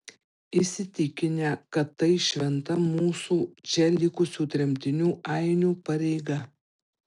įsitikinę kad tai šventa mūsų čia likusių tremtinių ainių pareiga